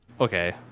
Okay